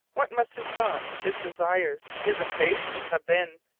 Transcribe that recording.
what must his thoughts, his desires, his impatience have been!